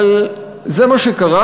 אבל זה מה שקרה,